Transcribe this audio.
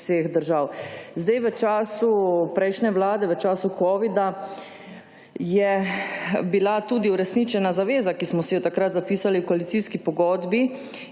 vseh držav. V času prejšnje Vlade, v času covida, je bila uresničena tudi zaveza, ki smo si jo takrat zapisali v koalicijski pogodbi,